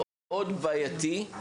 מאוד בעייתי,